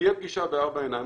שתהיה פגישה בארבע עיניים,